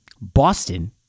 Boston